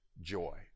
joy